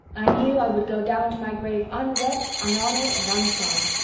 i knew i would go down to my grave unwept, unhonored and unsung.